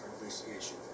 investigation